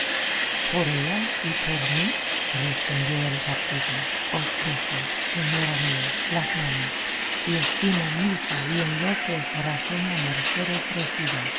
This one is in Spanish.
por ella y por mí respondió el captivo os beso señora mía las manos y estimo mucho y en lo que es razón la merced ofrecida